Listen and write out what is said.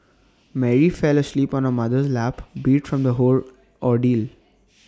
Mary fell asleep on her mother's lap beat from the whole ordeal